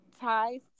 ties